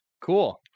Cool